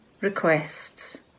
requests